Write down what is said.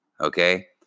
Okay